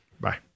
Bye